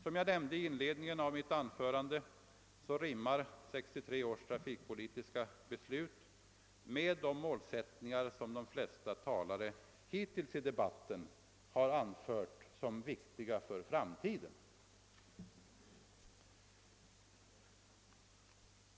Som jag nämnde i inledningen av mitt anförande rimmar 1963 års trafikpolitiska beslut med de målsättningar som de flesta talare hittills i debatten har betecknat som viktiga för framtiden.